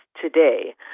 today